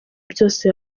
byose